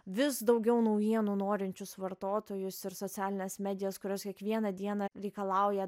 vis daugiau naujienų norinčius vartotojus ir socialinės medijos kurios kiekvieną dieną reikalauja